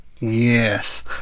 Yes